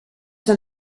dan